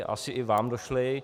Asi i vám došly.